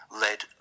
led